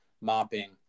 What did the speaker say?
mopping